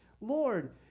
Lord